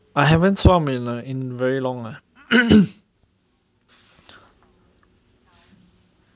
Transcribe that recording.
I haven't swam in like in very long lah